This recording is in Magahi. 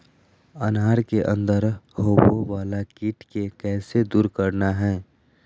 अनार के अंदर होवे वाला कीट के कैसे दूर करना है?